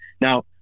Now